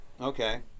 Okay